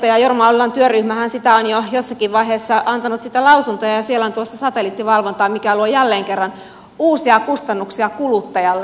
jorma ollilan työryhmähän siitä on jo jossakin vaiheessa antanut sitten lausuntoja ja siellä on tulossa satelliittivalvonta mikä luo jälleen kerran uusia kustannuksia kuluttajalle